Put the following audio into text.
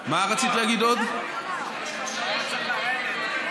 לך עוד שלוש דקות.